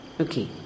Okay